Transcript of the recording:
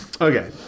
Okay